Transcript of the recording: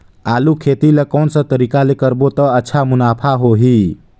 आलू खेती ला कोन सा तरीका ले करबो त अच्छा मुनाफा होही?